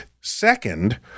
Second